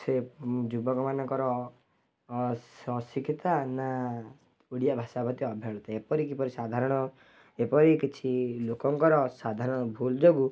ସେ ଯୁବକମାନଙ୍କର ଅଶିକ୍ଷିତା ନା ଓଡ଼ିଆ ଭାଷା ପ୍ରତି ଅବହେଳିତ ଏପରି କିପରି ସାଧାରଣ ଏପରି କିଛି ଲୋକଙ୍କର ସାଧାରଣ ଭୁଲ୍ ଯୋଗୁଁ